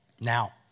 Now